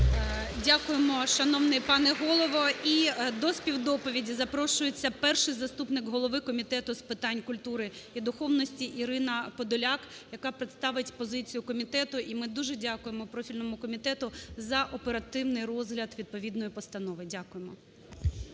Дякуємо, шановний пане Голово. І до співдоповіді запрошується перший заступник голови Комітету з питань культури і духовності Ірина Подоляк, яка представить позицію комітету. І ми дуже дякуємо профільному комітету за оперативний розгляд відповідної постанови. Дякуємо.